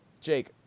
Jake